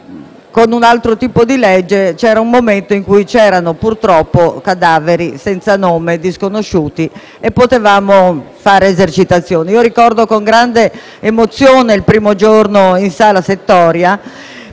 con un altro tipo di legge, c'è stato un momento in cui c'erano purtroppo cadaveri senza nome, disconosciuti, su cui si potevano fare esercitazioni. Ricordo con grande emozione il primo giorno in sala settoria,